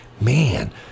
man